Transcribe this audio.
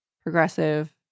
progressive